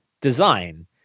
design